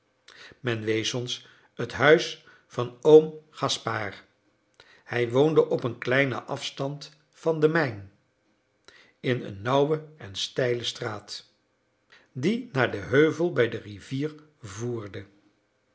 men wees ons het huis van oom gaspard hij woonde op een kleinen afstand van de mijn in een nauwe en steile straat die naar den heuvel bij de rivier voerde